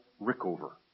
Rickover